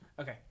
Okay